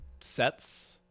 sets